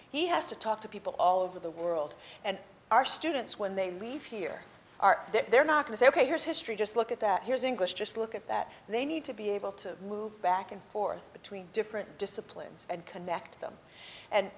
he has to talk to people all over the world and our students when they leave here are there not to say ok here is history just look at that here's english just look at that they need to be able to move back and forth between different disciplines and connect them and